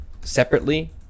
separately